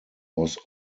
was